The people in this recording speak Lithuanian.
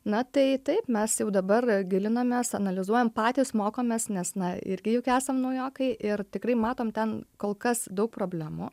na tai taip mes jau dabar gilinamės analizuojam patys mokomės nes na irgi juk esam naujokai ir tikrai matom ten kol kas daug problemų